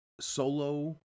Solo